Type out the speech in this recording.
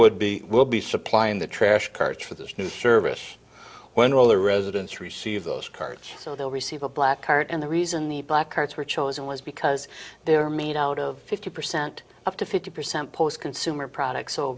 would be will be supplying the trash curch for this new service when all the residents receive those cards so they'll receive a black card and the reason the black carts were chosen was because they were made out of fifty percent up to fifty percent post consumer product